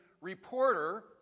reporter